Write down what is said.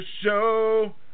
show